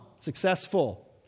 Successful